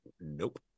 nope